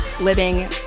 living